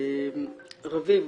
רביב,